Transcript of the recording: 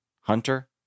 Hunter